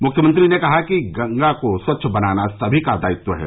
म्ख्यमंत्री ने कहा कि गंगा को स्वच्छ बनाना सभी का दायित्व है